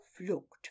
looked